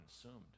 consumed